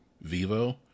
Vivo